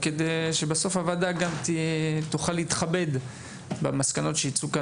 כדי שהוועדה תוכל להתכבד במסקנות שיצאו מהוועדה.